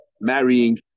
marrying